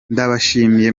ndabashimiye